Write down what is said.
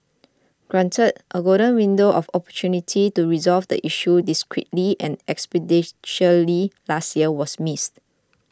granted a golden window of opportunity to resolve the issue discreetly and expeditiously last year was missed